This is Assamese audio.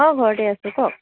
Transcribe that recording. অঁ ঘৰতে আছো কওক